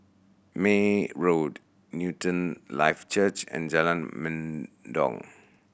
May Road Newton Life Church and Jalan Mendong